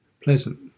Pleasant